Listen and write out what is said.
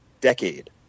decade